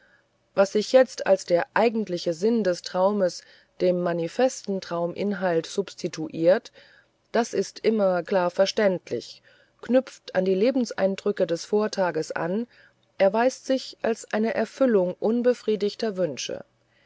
was sich jetzt als der eigentliche sinn des traumes dem manifesten trauminhalt substituiert das ist immer klar verständlich knüpft an die lebenseindrücke des vortages an erweist sich als eine erfüllung unbefriedigter wünsche